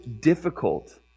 difficult